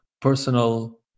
personal